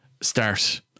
start